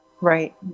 Right